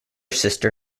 sister